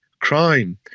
crime